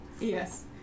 Yes